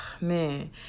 man